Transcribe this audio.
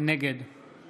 נגד